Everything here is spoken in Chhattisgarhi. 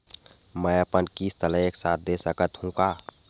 मै अपन किस्त ल एक साथ दे सकत हु का?